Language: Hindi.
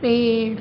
पेड़